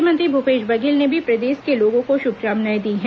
मुख्यमंत्री भूपेश बघेल ने भी प्रदेश के लोगों को शुभकामनाएं दी हैं